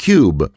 Cube